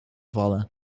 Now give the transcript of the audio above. vallen